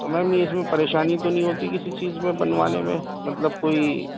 تو میم یہ اس میں پریشانی تو نہیں ہوتی کسی چیز میں بنوانے میں مطلب کوئی